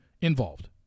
involved